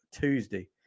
Tuesday